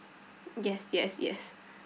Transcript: yes yes yes